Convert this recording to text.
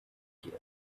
here